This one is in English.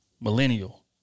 millennial